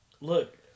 Look